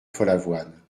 follavoine